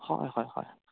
হয় হয় হয়